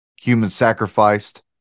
human-sacrificed